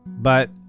but,